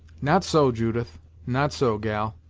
not so judith not so, gal.